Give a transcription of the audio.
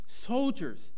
soldiers